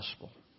Gospel